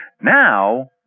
Now